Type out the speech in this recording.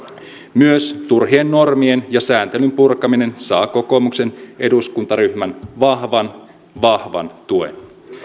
myös turhien normien ja sääntelyn purkaminen saa kokoomuksen eduskuntaryhmän vahvan vahvan tuen